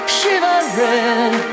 Shivering